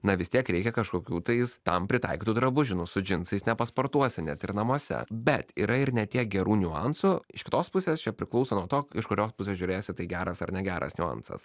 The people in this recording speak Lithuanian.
na vis tiek reikia kažkokių tais tam pritaikytų drabužių nu su džinsais nepasportuosi net ir namuose bet yra ir ne tiek gerų niuansų iš kitos pusės čia priklauso nuo to iš kurios pusės žiūrėsi tai geras ar negeras niuansas